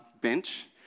bench